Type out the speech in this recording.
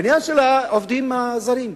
העניין של העובדים הזרים.